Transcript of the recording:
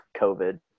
COVID